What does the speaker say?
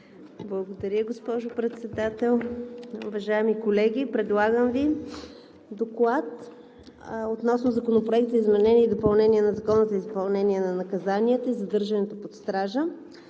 Благодаря, госпожо Председател. Уважаеми колеги, предлагам Ви „Доклад относно Законопроект за изменение и допълнение на Закона за изпълнение на наказанията и задържането под стража.